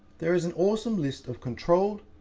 there is an awesome list of controlled,